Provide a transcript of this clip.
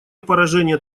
поражения